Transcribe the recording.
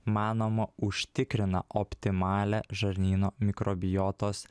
manoma užtikrina optimalią žarnyno mikrobiotos